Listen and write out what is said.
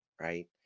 right